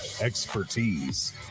expertise